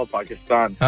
Pakistan